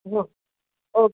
ઓ okay